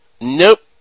Nope